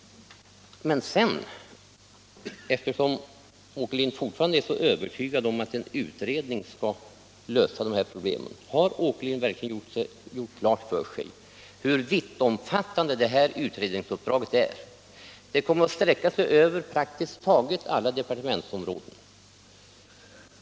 Herr Åkerlind är fortfarande övertygad om att en utredning skall lösa de här problemen. Men har herr Åkerlind verkligen gjort klart för sig hur vittomfattande ett sådant utredningsuppdrag skulle bli? Det kommer att sträcka sig över praktiskt taget alla departementsområden.